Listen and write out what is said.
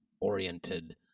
oriented